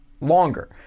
longer